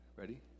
ready